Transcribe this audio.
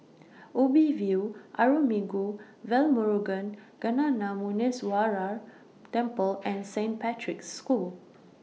Ubi View Arulmigu Velmurugan Gnanamuneeswarar Temple and Saint Patrick's School